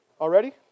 Already